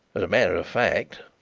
a matter of fact,